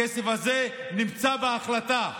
הכסף הזה נמצא בהחלטה,